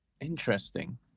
Interesting